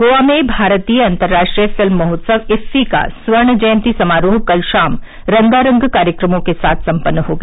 गोवा में भारतीय अन्तर्राष्ट्रीय फिल्म महोत्सव इफ्फी का स्वर्ण जयंती समारोह कल शाम रंगारंग कार्यक्रमों के साथ सम्पन्न हो गया